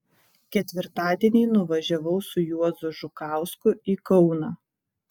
ketvirtadienį nuvažiavau su juozu žukausku į kauną